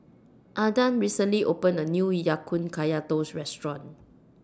Adan recently opened A New Ya Kun Kaya Toast Restaurant